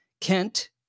Kent